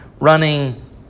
running